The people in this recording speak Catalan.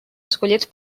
escollits